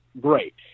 great